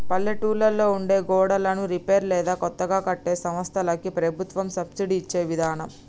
పల్లెటూళ్లలో ఉండే గోడన్లను రిపేర్ లేదా కొత్తగా కట్టే సంస్థలకి ప్రభుత్వం సబ్సిడి ఇచ్చే విదానం